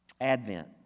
Advent